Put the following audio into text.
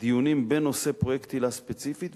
דיונים בנושא פרויקט היל"ה ספציפית,